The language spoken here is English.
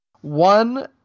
One